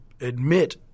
admit